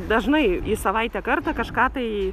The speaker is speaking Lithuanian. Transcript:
dažnai į savaitę kartą kažką tai